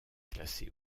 classé